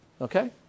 Okay